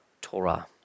Torah